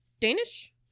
Danish